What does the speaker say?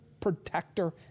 protector